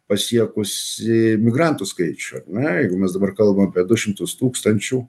pasiekusį imigrantų skaičių na jeigu mes dabar kalbam apie du šimtus tūkstančių